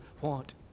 want